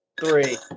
three